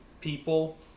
people